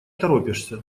торопишься